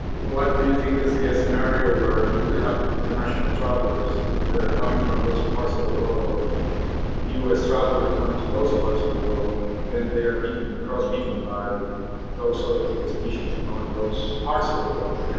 what do you think is the scenario where you could have international travelers either coming from those parts of the world or us travelers going to those parts of the world and then they are bitten cross bitten by those other tick species, you know, in those parts of the world.